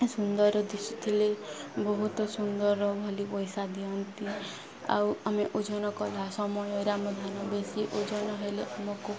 ସୁନ୍ଦର ଦିଶୁଥିଲେ ବହୁତ ସୁନ୍ଦର ଭଲି ପଇସା ଦିଅନ୍ତି ଆଉ ଆମେ ଓଜନ କଲା ସମୟରେ ଆମ ଧାନ ବେଶୀ ଓଜନ ହେଲେ ଆମକୁ